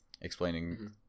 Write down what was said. explaining